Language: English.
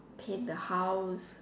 paint the house